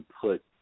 put